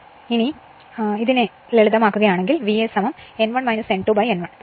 അതിനാൽ ഇതിനെ ലളിതമാക്കുകയാണെങ്കിൽ VA N1 N2 N1